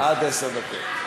עד עשר דקות.